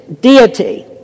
deity